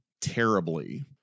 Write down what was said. terribly